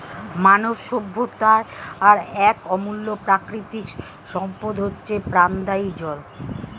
মানব সভ্যতার এক অমূল্য প্রাকৃতিক সম্পদ হচ্ছে প্রাণদায়ী জল